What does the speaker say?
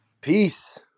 Peace